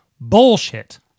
bullshit